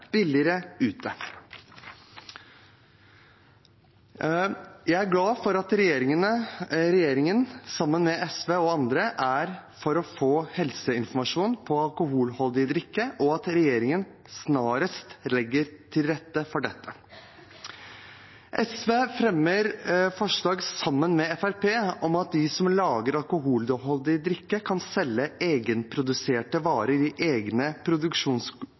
billigere ute. Jeg er glad for at regjeringspartiene, sammen med SV og andre, er for å få helseinformasjon på alkoholholdig drikke og at regjeringen snarest legger til rette for dette. SV fremmer forslag sammen med Fremskrittspartiet om at de som lager alkoholholdig drikke, kan selge egenproduserte varer i egne